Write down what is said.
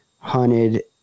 hunted